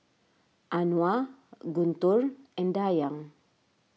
Anuar Guntur and Dayang